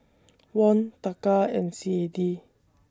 Won Taka and C A D